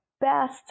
best